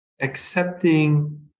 accepting